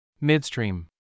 Midstream